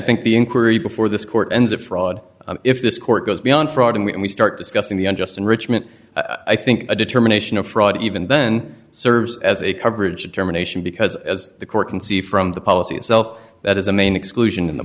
think the inquiry before this court ends that fraud if this court goes beyond fraud and we start discussing the unjust enrichment i think a determination of fraud even then serves as a coverage determination because as the court can see from the policy itself that is a main exclusion in the